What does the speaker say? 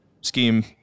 scheme